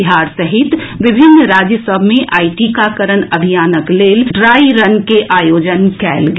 बिहार सहित विभिन्न राज्य सभ मे आइ टीकाकरण अभियानक लेल ड्राई रन के आयोजन कयल गेल